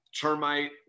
termite